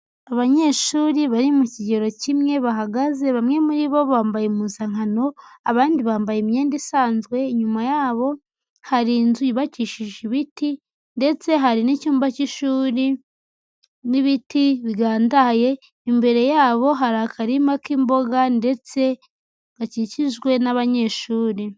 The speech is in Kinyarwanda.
Abanyeshuri bari mu kigero kimwe bahagaze, bamwe muri bo bambaye impuzankano abandi bambaye imyenda isanzwe, inyuma yabo hari inzu yubakishije ibiti ndetse hari n'icyumba cy'ishuri n'ibiti bigandaye, imbere yabo hari akarima k'imboga ndetse gakikijwe n'abanyeshuri.